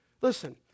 Listen